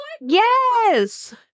yes